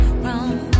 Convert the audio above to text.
wrong